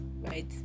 right